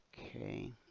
Okay